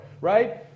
Right